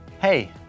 Hey